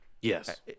yes